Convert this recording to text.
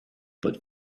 but